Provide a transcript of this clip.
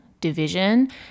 division